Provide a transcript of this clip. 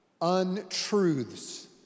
untruths